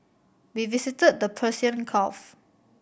we visited the Persian Gulf